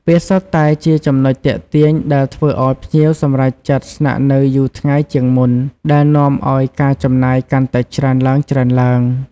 វាសុទ្ធតែជាចំណុចទាក់ទាញដែលធ្វើឱ្យភ្ញៀវសម្រេចចិត្តស្នាក់នៅយូរថ្ងៃជាងមុន ដែលនាំឱ្យការចំណាយកាន់តែច្រើនឡើងៗ។